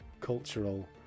cultural